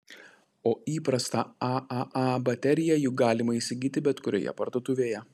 o įprastą aaa bateriją juk galima įsigyti bet kurioje parduotuvėje